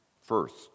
first